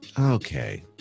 Okay